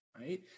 right